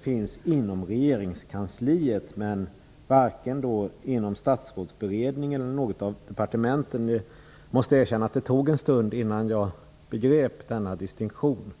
finns inom regeringskansliet, men varken inom Statsrådsberedningen eller inom något av departementen. Jag måste erkänna att det tog en stund innan jag begrep denna distinktion.